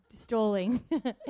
stalling